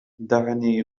دعني